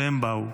והם באו.